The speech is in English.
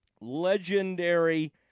legendary